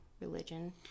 religion